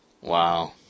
Wow